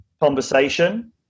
conversation